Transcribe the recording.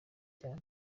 cyane